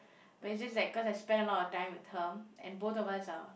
but it's just like cause I spend a lot of time with her and both of us are